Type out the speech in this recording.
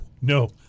no